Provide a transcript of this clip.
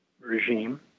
regime